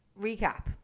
recap